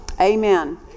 Amen